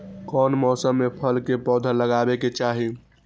कौन मौसम में फल के पौधा लगाबे के चाहि?